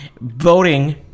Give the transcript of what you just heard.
voting